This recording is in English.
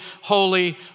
holy